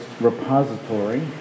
Repository